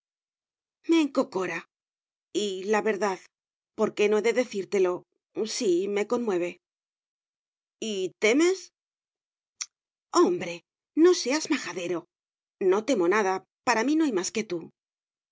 me encocora y la verdad por qué no he de decírtelo sí me conmueve y temes hombre no seas majadero no temo nada para mí no hay más que tú